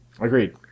Agreed